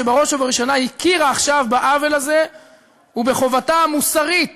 שבראש ובראשונה הכירה עכשיו בעוול הזה ובחובתה המוסרית